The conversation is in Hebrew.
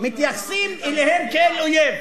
מתייחסים אליהם כאל אויב.